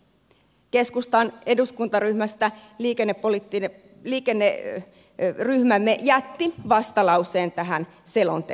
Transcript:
keskustan eduskuntaryhmästä liikenneryhmämme jätti vastalauseen tähän selontekoon